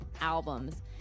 albums